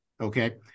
Okay